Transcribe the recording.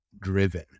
driven